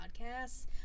Podcasts